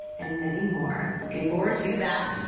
and many more looking forward to that.